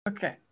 Okay